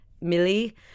Millie